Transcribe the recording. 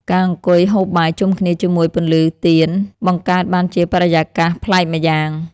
ការអង្គុយហូបបាយជុំគ្នាជាមួយពន្លឺទៀន បង្កើតបានជាបរិយាកាសប្លែកម្យ៉ាង។